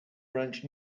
branch